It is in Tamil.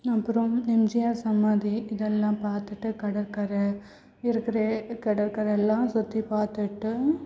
அப்புறம் எம்ஜிஆர் சமாதி இதெல்லாம் பார்த்துட்டு கடற்கரை இருக்கிற கடற்கரை எல்லாம் சுற்றி பார்த்துட்டு